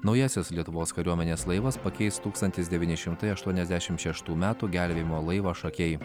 naujasis lietuvos kariuomenės laivas pakeis tūkstantis devyni šimtai aštuoniasdešim šeštų metų gelbėjimo laivą šakiai